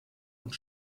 und